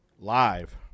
Live